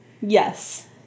Yes